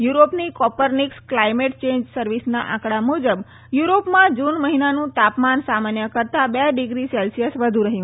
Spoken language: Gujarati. યુરોપની કોપરનિક્સ ક્લાઇમેટ ચેન્જ સર્વિસના આંકડા મુજબ યુરોપમાં જુન મરીનાનું તાપમાન સામાન્ય કરતાં બે ડિગ્રી સેલ્સીયસ વ્ધુ રહ્યું